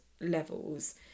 levels